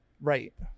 Right